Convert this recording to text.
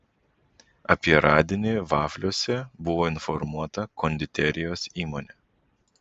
apie radinį vafliuose buvo informuota konditerijos įmonė